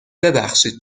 ببخشید